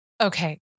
Okay